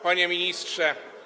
Panie Ministrze!